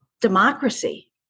democracy